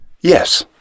Yes